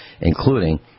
including